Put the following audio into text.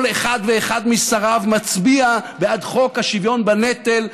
אחד ואחד משריו מצביע בעד חוק השוויון בנטל,